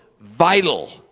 vital